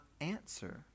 answer